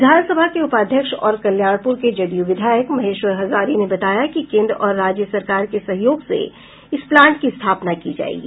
विधानसभा के उपाध्यक्ष और कल्याणपुर के जदयू विधायक महेश्वर हजारी ने बताया कि केंद्र और राज्य सरकार के सहयोग से इस प्लांट की स्थापना की जायेगी